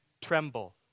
tremble